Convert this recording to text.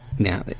Now